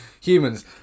humans